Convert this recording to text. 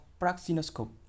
Praxinoscope